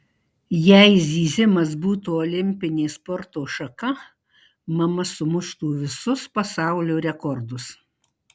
jei zyzimas būtų olimpinė sporto šaka mama sumuštų visus pasaulio rekordus